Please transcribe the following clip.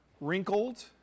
wrinkled